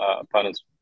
opponents